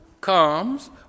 comes